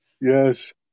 yes